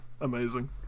Amazing